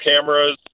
cameras